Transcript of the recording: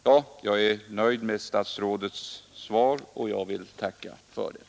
Jag är nöjd med herr statsrådets svar på min interpellation och ber att få tacka för detta.